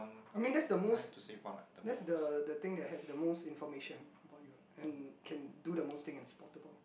I means that's the most that's the the thing has the most information for you can can do the most thing and spottable